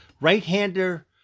right-hander